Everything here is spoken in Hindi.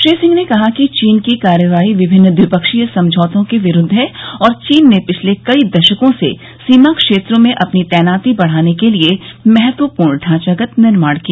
श्री सिंह ने कहा कि चीन की कार्रवाई विभिन्न द्विपक्षीय समझौतों के विरूद्व है और चीन ने पिछले कई दशकों से सीमा क्षेत्रों में अपनी तैनाती बढ़ाने के लिए महत्वपूर्ण ढांचागत निर्माण किया